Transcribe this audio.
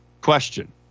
question